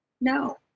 No